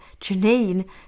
Janine